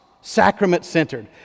sacrament-centered